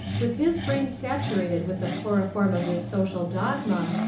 with his brain saturated with the chloroform of this social dogma,